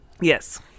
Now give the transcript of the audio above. Yes